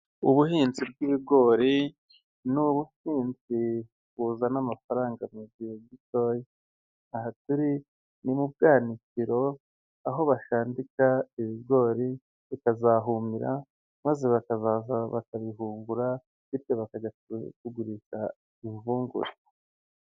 Ubuhinzi bw'ibigori ni ubuhinzi buzana amafaranga mugihe gitoya. Aha turi ni mu buhunikiro aho bashandika ibigori bikazahumira maze bakazaza bakabihungura bityo bakajya kugurisha impungure.